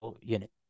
unit